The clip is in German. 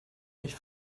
mich